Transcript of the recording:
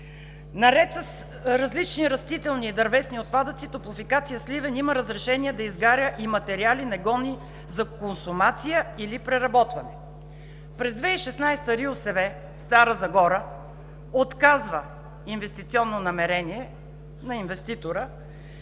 Наред с различни растителни и дървесни отпадъци „Топлофикация – Сливен“ има разрешение да изгаря и материали, негодни за консумация или преработване. През 2016 г. РИОСВ в Стара Загора отказва инвестиционно намерение на инвеститора,